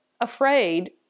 afraid